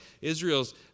Israel's